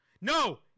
No